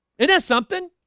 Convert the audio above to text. it has something